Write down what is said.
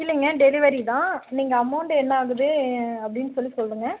இல்லைங்க டெலிவரி தான் நீங்கள் அமௌண்ட் என்ன ஆகுது அப்படினு சொல்லி சொல்லுங்க